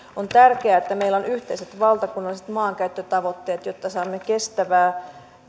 on tärkeää että meillä on yhteiset valtakunnalliset maankäyttötavoitteet jotta saamme kestävää